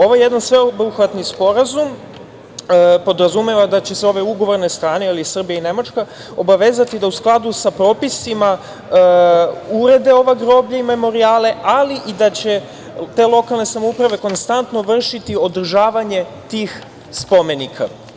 Ovo je jedan sveobuhvatni sporazum, podrazumeva da će ove ugovorne strane, Srbija i Nemačka, obavezati da u skladu sa propisima, urede ova groblja i memorijale, ali i da će te lokalne samouprave vršiti konstantno održavanje tih spomenika.